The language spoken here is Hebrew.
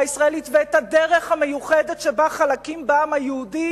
הישראלית ואת הדרך המיוחדת שבה חלקים בעם היהודי